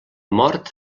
mort